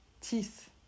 teeth